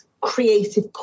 creative